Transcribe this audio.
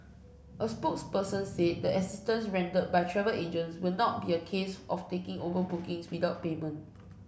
a spokesperson said the assistance rendered by travel agents will not be a case of taking over bookings without payment